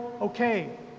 okay